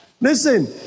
Listen